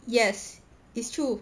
yes it's true